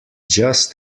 just